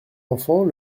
enfant